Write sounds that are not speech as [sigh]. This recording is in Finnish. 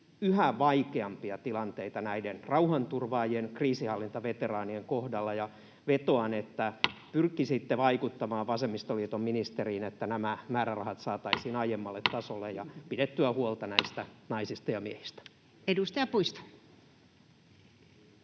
yhä vaikeampia tilanteita näiden rauhanturvaajien, kriisinhallintaveteraanien, kohdalla, ja vetoan, [noise] että pyrkisitte vaikuttamaan vasemmistoliiton ministeriin, [noise] että nämä määrärahat saataisiin aiemmalle tasolle ja pidettyä huolta näistä naisista ja miehistä. Edustaja Puisto.